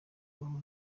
kubaho